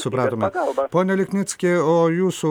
supratome pone lipnicki o jūsų